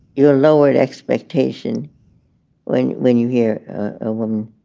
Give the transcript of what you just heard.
your lowered expectation when when you hear a woman.